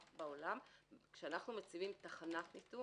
כשאנחנו מציבים תחנת ניטור,